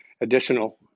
additional